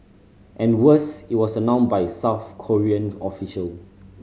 and worse it was announced by South Korean official